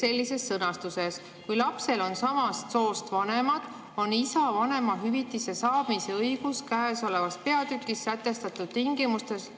sellises sõnastuses: "Kui lapsel on samast soost vanemad, on isa vanemahüvitise saamise õigus käesolevas peatükis sätestatud tingimustel